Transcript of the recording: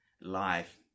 life